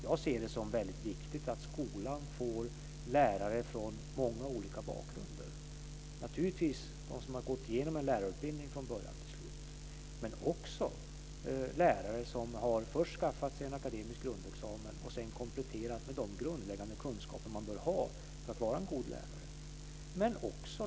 Jag ser det som väldigt viktigt att skolan får lärare från många olika bakgrunder - naturligtvis de som har gått igenom en lärarutbildning från början till slut, men också lärare som först har skaffat sig en akademisk grundexamen och sedan kompletterat med de grundläggande kunskaper man bör ha för att vara en god lärare.